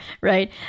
right